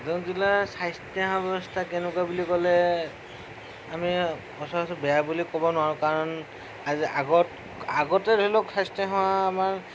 দৰং জিলাৰ স্বাস্থ্যসেৱা ব্যৱস্থা কেনেকুৱা বুলি ক'লে আমি সচৰাচৰ বেয়া বুলি ক'ব নোৱাৰোঁ কাৰণ আজি আগত আগতে ধৰি লওক স্বাস্থ্যসেৱা আমাৰ